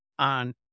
on